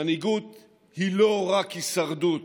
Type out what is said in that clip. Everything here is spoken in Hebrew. מנהיגות היא לא רק הישרדות